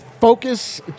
focus